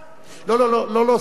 (קוראת בשמות חברי הכנסת) יוסי פלד,